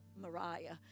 Mariah